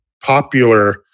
popular